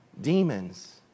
Demons